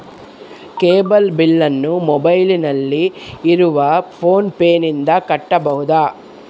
Cable ಬಿಲ್ಲನ್ನು ಮೊಬೈಲಿನಲ್ಲಿ ಇರುವ ಫೋನ್ ಪೇನಿಂದ ಕಟ್ಟಬಹುದಾ?